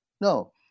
No